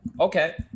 okay